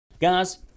Guys